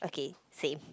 okay same